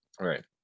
Right